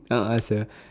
a'ah sia